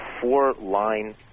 four-line